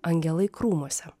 angelai krūmuose